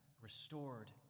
restored